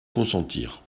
consentir